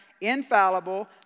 infallible